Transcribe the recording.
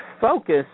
focus